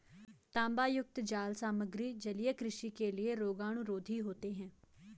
तांबायुक्त जाल सामग्री जलीय कृषि के लिए रोगाणुरोधी होते हैं